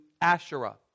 Asherah